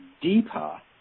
deeper